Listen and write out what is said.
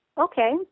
okay